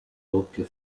doppia